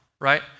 right